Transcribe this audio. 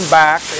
back